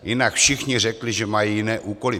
Jinak všichni řekli, že mají jiné úkoly.